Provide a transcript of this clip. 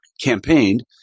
campaigned